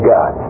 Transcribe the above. God